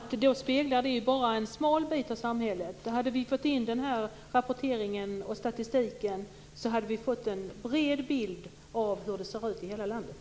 Fru talman! Det speglar bara en smal bit av samhället. Med den rapporteringen och statistiken hade det kunnat bli en bred bild av hur det ser ut i landet.